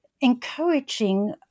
encouraging